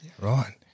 right